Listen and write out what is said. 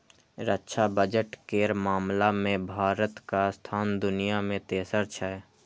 रक्षा बजट केर मामला मे भारतक स्थान दुनिया मे तेसर छै